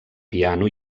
piano